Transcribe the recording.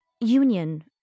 union